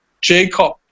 Jacob